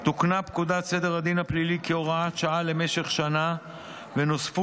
תוקנה פקודת סדר הדין הפלילי כהוראת שעה למשך שנה ונוספו